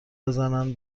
بزنن